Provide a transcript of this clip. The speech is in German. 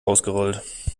ausgerollt